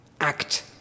act